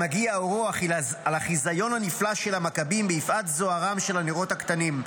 המגיה אורו על החיזיון הנפלא של המכבים ביפעת זוהרם של הנרות הקטנים,